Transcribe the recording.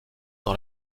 dans